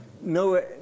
no